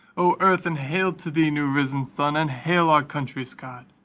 o earth, and hail to thee, new-risen sun! and hail our country's god,